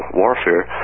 warfare